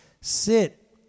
sit